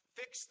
fix